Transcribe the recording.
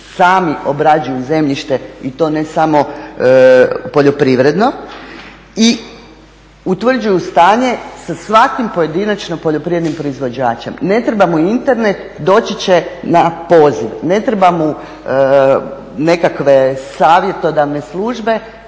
sami obrađuju zemljište i to ne samo poljoprivredno i utvrđuju stanje sa svakim pojedinačno poljoprivrednim proizvođačem. Ne treba mu Internet doći će na poziv, ne treba mu nekakve savjetodavne službe,